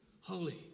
holy